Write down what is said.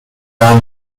around